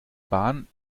bahn